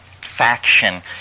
faction